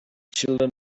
children